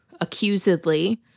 accusedly